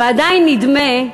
ועדיין נדמה,